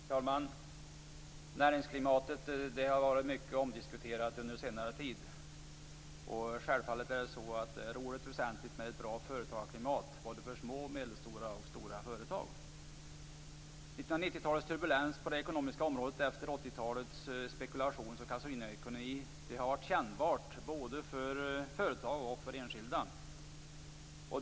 Herr talman! Näringsklimatet har varit mycket omdiskuterat under senare tid. Självfallet är det oerhört väsentligt med ett bra företagarklimat både för små, medelstora och stora företag. 1990-talets turbulens på det ekonomiska området efter 1980-talets spekulations och kasinoekonomi har varit kännbar både för företag och enskilda.